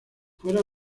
fuera